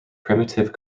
primitive